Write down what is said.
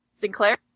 Sinclair